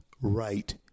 right